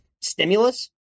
stimulus